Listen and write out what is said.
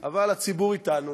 אבל הציבור אתנו